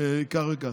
כך וכך.